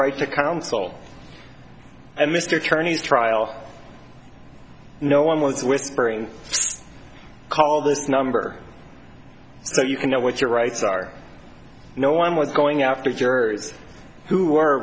right to counsel and mr tourney's trial no one was whispering to call this number so you can know what your rights are no one was going after jurors who were